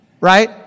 Right